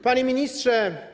Panie Ministrze!